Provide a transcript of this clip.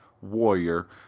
warrior